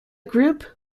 group